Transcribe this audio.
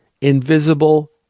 invisible